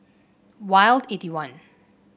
Wild eight one